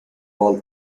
all